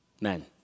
men